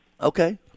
Okay